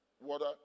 water